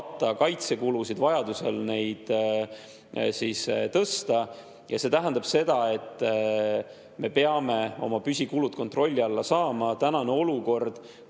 kaitsekulusid, vajadusel neid tõsta. See tähendab seda, et me peame oma püsikulud kontrolli alla saama. Tänane olukord,